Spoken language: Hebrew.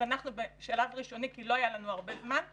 אנחנו בשלב ראשוני, כי לא היה לנו הרבה זמן, אנחנו